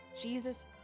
Jesus